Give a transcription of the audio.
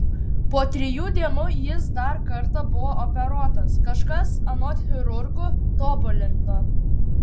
po trijų dienų jis dar kartą buvo operuotas kažkas anot chirurgų tobulinta